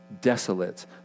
desolate